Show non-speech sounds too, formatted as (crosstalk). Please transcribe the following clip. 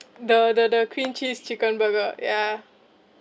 (noise) the the the cream cheese chicken burger yeah